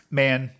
man